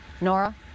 Nora